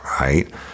right